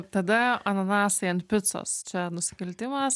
tada ananasai ant picos čia nusikaltimas